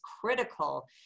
critical